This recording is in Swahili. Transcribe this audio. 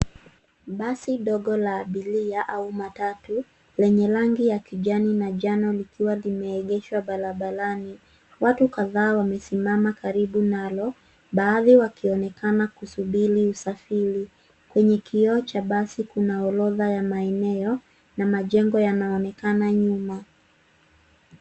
Basi dogo la abiria au matatu lenye rangi ya kijani na njano likiwa limeegeshwa barabarani. Watu kadhaa wamesimama karibu nalo baadhi wakionekana kusubiri usafiri. Kwenye kioo cha basi kuna orodha ya maeneo na majengo yanaonekana nyuma.